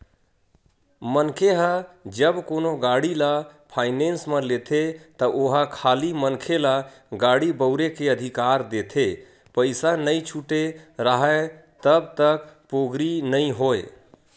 मनखे ह जब कोनो गाड़ी ल फायनेंस म लेथे त ओहा खाली मनखे ल गाड़ी बउरे के अधिकार देथे पइसा नइ छूटे राहय तब तक पोगरी नइ होय